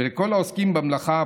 ולכל העוסקים במלאכה.